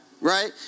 Right